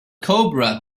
cobra